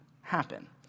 happen